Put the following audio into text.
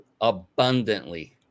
abundantly